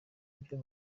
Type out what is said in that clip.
ibyo